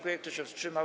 Kto się wstrzymał?